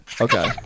Okay